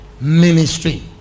ministry